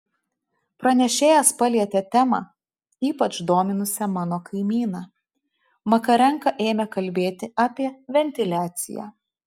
pranešėjas palietė temą ypač dominusią mano kaimyną makarenka ėmė kalbėti apie ventiliaciją